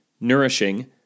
nourishing